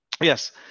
Yes